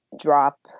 drop